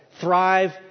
thrive